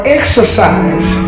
exercise